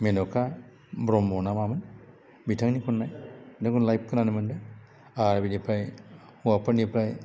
मेनखा ब्रह्म ना मा मोन बिथांनि खननाय बेखौ लाइभ खोनानो मोन्दों आरो बिनिफ्राय हौवाफोरनिफ्राय